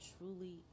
truly